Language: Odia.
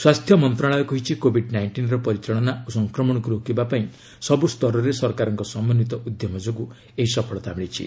ସ୍ୱାସ୍ଥ୍ୟ ମନ୍ତ୍ରଣାଳୟ କହିଛି କୋଭିଡ୍ ନାଇଷ୍ଟିନ୍ର ପରିଚାଳନା ଓ ସଂକ୍ରମଣକୁ ରୋକବିପାଇଁ ସବୃସ୍ତରରେ ସରକାରଙ୍କ ସମନ୍ୱିତ ଉଦ୍ୟମ ଯୋଗୁଁ ଏହି ସଫଳତା ମିଳିଛି